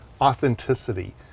authenticity